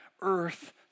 earth